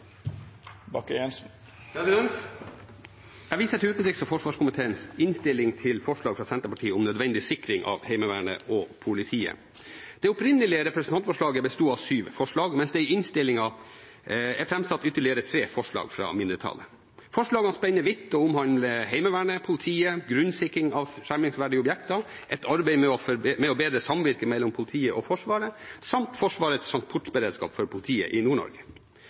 refererte til. Jeg viser til utenriks- og forsvarskomiteens innstilling til forslag fra Senterpartiet om nødvendig styrking av Heimevernet og politiet. Det opprinnelige representantforslaget besto av syv forslag, mens det i innstillingen er framsatt ytterligere tre forslag fra mindretallet. Forslagene spenner vidt og omhandler Heimevernet, politiet, grunnsikring av skjermingsverdige objekter, et arbeid med å bedre samvirket mellom politiet og Forsvaret, samt Forsvarets transportberedskap for politiet i